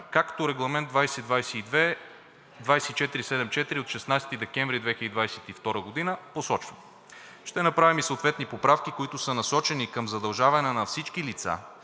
както Регламент 2022/2474 от 16 декември 2022 г. посочва. Ще направим и съответни поправки, които са насочени към задължаване на всички лица,